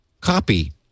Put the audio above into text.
copy